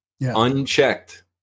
Unchecked